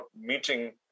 meeting